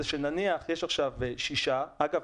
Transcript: אגב,